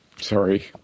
sorry